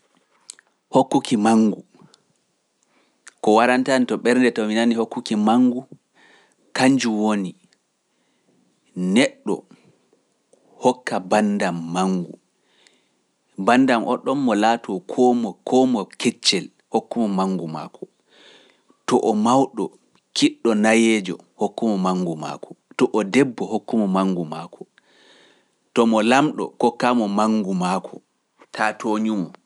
Hokkuki manngu, ko waranta yam to ɓernde to mi nanii hokkuki manngu, kannjum woni neɗɗo hokka banndam manngu, banndam onɗon mo laatoo koo mo- koo mo keccel, hokku-mo manngu maako. To mawɗo, kiiɗɗo, nayeejo hokku-mo manngu maako. To o debbo hokku-mo manngu maako. To mo laamɗo kokkaa-mo manngu maako, taa tooñu-mo.